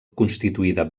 constituïda